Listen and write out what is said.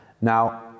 Now